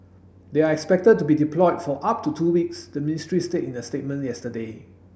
they are expected to be deployed for up to two weeks the ministry said in the statement yesterday